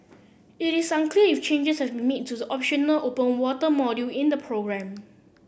it is unclear if changes have made to the optional open water module in the programme